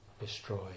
destroy